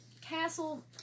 castle